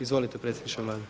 Izvolite predsjedniče Vlade.